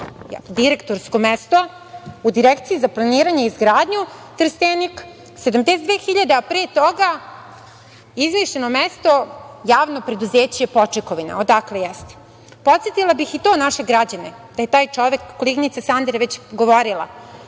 direktorsko mesto u Direkciji za planiranje i izgradnju Trstenik - 72.000, a pre toga izmišljeno mesto u javnom preduzeću „Počekovina“, odakle jeste. Podsetila bih i to naše građane da je taj čovek, koleginica Sandra je to već govorila,